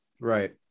Right